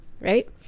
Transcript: right